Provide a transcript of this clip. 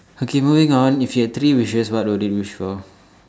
okay moving on if you have three wishes what would you wish for